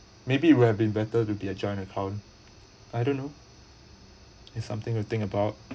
maybe it would have been better to be a joint account I don't know it's something to think about